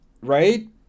Right